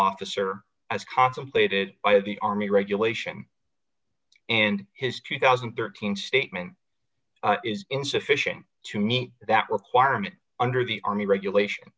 officer as contemplated by the army regulation and his two thousand and thirteen statement is insufficient to meet that requirement under the army regulation